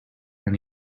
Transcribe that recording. and